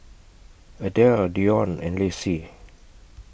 Adell Dionne and Lacy